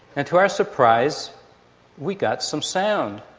and to our surprise we got some sound.